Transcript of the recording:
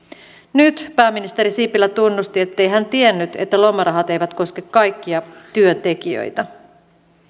nyt pääministeri sipilä tunnusti ettei hän tiennyt että lomarahat eivät koske kaikkia työntekijöitä